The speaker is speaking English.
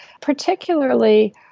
particularly